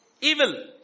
Evil